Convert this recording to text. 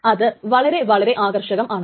അത് വളരെ വളരെ ആകർഷകമാണ്